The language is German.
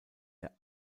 der